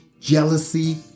jealousy